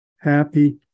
happy